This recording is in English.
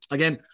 Again